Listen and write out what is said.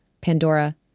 Pandora